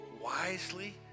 wisely